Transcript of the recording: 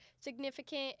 significant